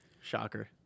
Shocker